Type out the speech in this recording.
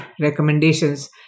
recommendations